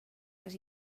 les